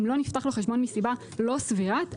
אם לא נפתח לו חשבון מסיבה לא סבירה,